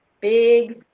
big